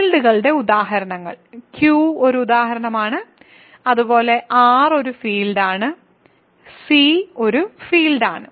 ഫീൽഡുകളുടെ ഉദാഹരണങ്ങൾ Q ഒരു ഉദാഹരണം ആണ് അതുപോലെ R ഒരു ഫീൽഡ് ആണ് C ഒരു ഫീൽഡ് ആണ്